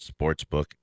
Sportsbook